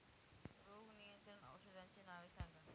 रोग नियंत्रण औषधांची नावे सांगा?